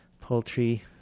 poultry